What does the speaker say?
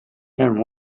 and